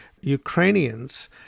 Ukrainians